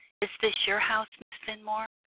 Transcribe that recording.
is this your house, miss fenmore,